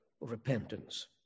repentance